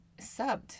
subbed